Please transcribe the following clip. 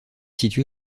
situé